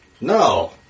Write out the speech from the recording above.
No